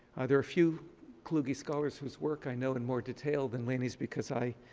there are a few kluge scholars whose work i know in more detail than lanie's, because i,